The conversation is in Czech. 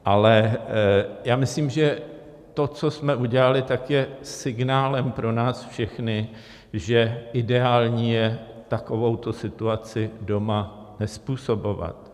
Ale myslím si, že to, co jsme udělali, je signálem pro nás všechny, že ideální je takovouto situaci doma nezpůsobovat.